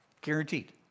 Guaranteed